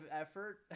effort